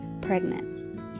pregnant